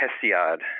Hesiod